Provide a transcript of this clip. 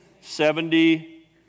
Seventy